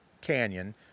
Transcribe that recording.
Canyon